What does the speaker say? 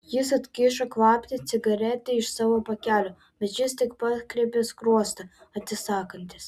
jis atkišo kvapnią cigaretę iš savo pakelio bet šis tik perkreipė skruostą atsisakantis